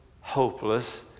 hopeless